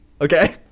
okay